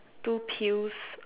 two pills